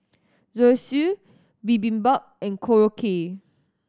Zosui Bibimbap and Korokke